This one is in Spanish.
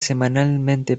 semanalmente